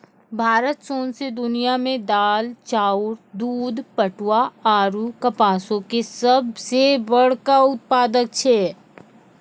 भारत सौंसे दुनिया मे दाल, चाउर, दूध, पटवा आरु कपासो के सभ से बड़का उत्पादक छै